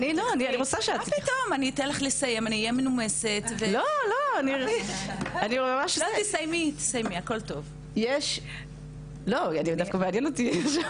אנחנו הבאנו את המספרים, אחת הסיבות שהבאנו את